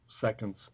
seconds